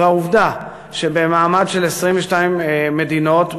העובדה שבמעמד של 22 מדינות,